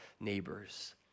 neighbors